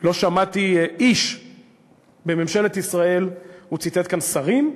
לא שמעתי איש בממשלת ישראל, הוא ציטט כאן שרים,